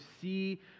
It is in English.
see